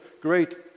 great